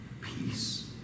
Peace